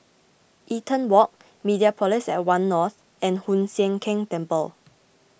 Eaton Walk Mediapolis at one North and Hoon Sian Keng Temple